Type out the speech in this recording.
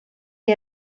die